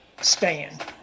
stand